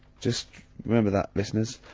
just remember that listeners.